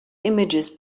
images